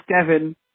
kevin